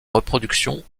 reproduction